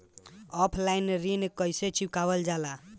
Offline ऋण कइसे चुकवाल जाला?